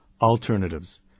Alternatives